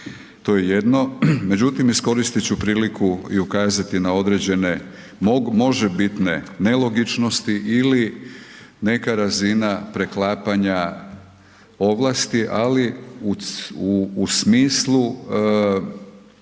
to je jedno. Međutim iskoristit ću priliku i ukazati na određene možebitne nelogičnosti ili neka razina preklapanja ovlasti ali u smislu